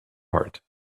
heart